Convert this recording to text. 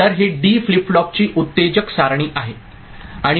तर हे D flip फ्लॉपची उत्तेजक सारणी आहे